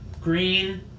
Green